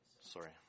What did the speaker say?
sorry